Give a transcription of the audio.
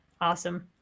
Awesome